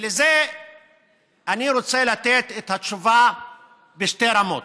ולזה אני רוצה לתת תשובה בשתי רמות: